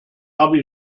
habe